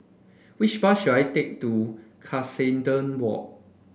which bus should I take to Cuscaden Walk